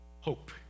hope